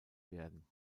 werden